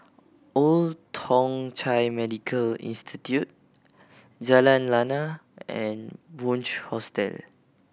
Old Thong Chai Medical Institute Jalan Lana and Bunc Hostel